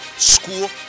school